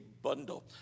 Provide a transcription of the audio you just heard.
Bundle